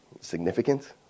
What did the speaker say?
Significant